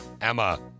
Emma